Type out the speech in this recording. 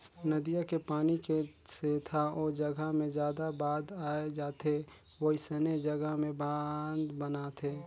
नदिया के पानी के सेथा ओ जघा मे जादा बाद आए जाथे वोइसने जघा में बांध बनाथे